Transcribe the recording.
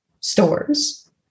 stores